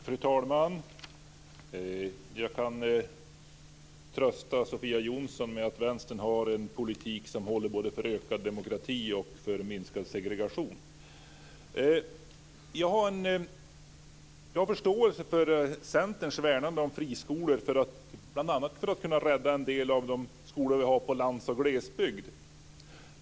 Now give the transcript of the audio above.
Fru talman! Jag kan trösta Sofia Jonsson med att Vänstern har en politik som håller för både ökad demokrati och minskad segregation. Jag har förståelse för Centerns värnande om friskolor, bl.a. för att kunna rädda en del av de skolor vi har på landsbygden och i glesbygd.